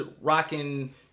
rocking